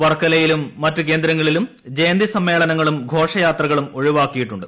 വർക്കലയിലും മറ്റ് കേന്ദ്രങ്ങളിലും ജയന്തി സമ്മേളന ങ്ങളും ഘോഷയാത്രകളും ഒഴിവാക്കിയിട്ടുണ്ട്